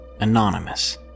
Anonymous